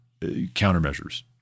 countermeasures